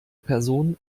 personen